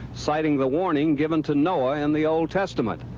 citing the warning given to noah in the old testament.